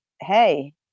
hey